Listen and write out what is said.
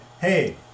hey